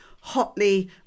hotly